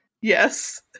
Yes